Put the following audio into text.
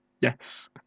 Yes